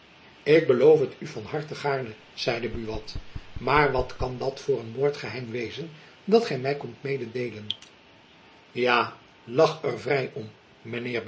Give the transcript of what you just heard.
ik beloof het u van harte gaarne zeide buat maar wat kan dat voor een moordgeheim wezen dat gy my komt mededeelen ja lach er vrij om